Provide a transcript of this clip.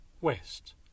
west